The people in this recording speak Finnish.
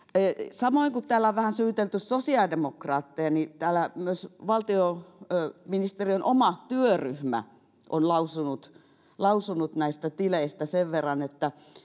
samoin kun täällä on vähän syytelty sosiaalidemokraatteja niin täällä myös valtiovarainministeriön oma työryhmä on lausunut näistä tileistä sen verran että